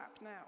now